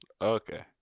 Okay